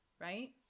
right